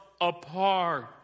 apart